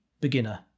beginner